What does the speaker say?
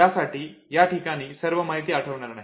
याठिकाणी सर्व माहिती आठवणार नाही